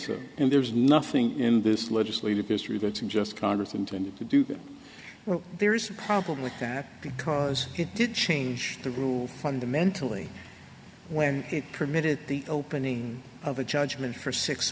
so and there's nothing in this legislative history would suggest congress intended to do that there is a problem with that because it did change the rules fundamentally when it permitted the opening of a judgment for six